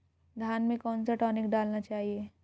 धान में कौन सा टॉनिक डालना चाहिए?